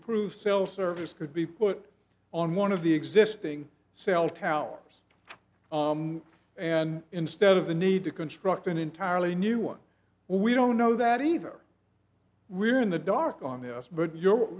improved cell service could be put on one of the existing cell towers and instead of the need to construct an entirely new one we don't know that either we're in the dark on this but you're